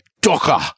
DOCKER